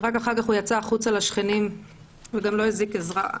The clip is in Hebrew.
ורק אחר כך הוא יצא החוצה לשכנים וגם לא הזעיק עזרה.